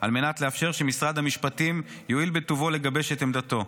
על מנת לאפשר שמשרד המשפטים יואיל בטובו לגבש את עמדתו.